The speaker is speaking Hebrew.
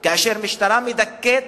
כאשר משטרה מדכאת